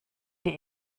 die